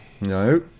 No